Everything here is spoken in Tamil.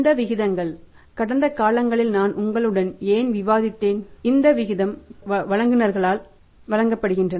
இந்த விகிதங்கள் கடந்த காலங்களில் நான் உங்களுடன் ஏன் விவாதித்தேன் இந்த விகிதங்கள் கடன் வழங்குநர்களால் வழங்கப்படுகின்றன